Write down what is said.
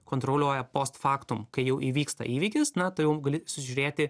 kontroliuoja post factum kai jau įvyksta įvykis na tai jau gali susižiūrėti